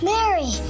Mary